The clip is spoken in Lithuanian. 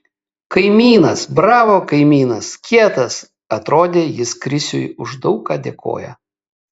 kaimynas bravo kaimynas kietas atrodė jis krisiui už daug ką dėkoja